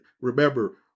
remember